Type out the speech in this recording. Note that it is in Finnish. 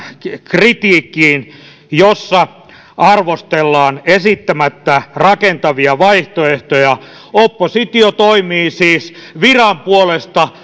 kritiikkiin jossa arvostellaan esittämättä rakentavia vaihtoehtoja oppositio toimii siis viran puolesta